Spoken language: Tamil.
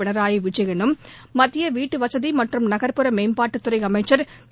பினராயி விஜயனும் மத்திய வீட்டு வசதி மற்றும் நகர்ப்புற மேம்பாட்டுத்துறை அமைச்சர் திரு